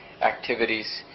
activities